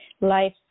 life